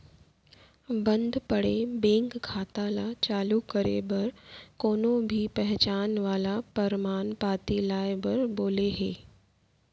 बंद पड़े बेंक खाता ल चालू करे बर कोनो भी पहचान वाला परमान पाती लाए बर बोले हे